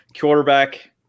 quarterback